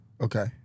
Okay